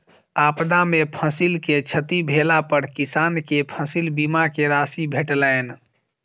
आपदा में फसिल के क्षति भेला पर किसान के फसिल बीमा के राशि भेटलैन